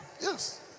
Yes